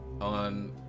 on